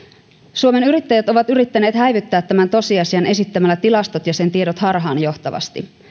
suomen yrittäjät on yrittänyt häivyttää tämän tosiasian esittämällä tilastot ja sen tiedot harhaanjohtavasti